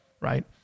right